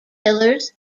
pillars